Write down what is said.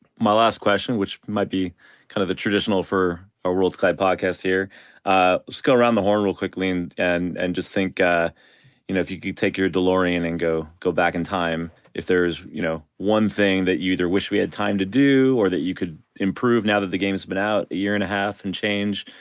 my last question which might be kind of a traditional for a world clyde podcast here let's go around the horn real quickly and and and just think you know if you could take your delorean and go go back in time if there is you know one thing that you either wish we had time to do or that you could improve now that the games been out a year and a half and change,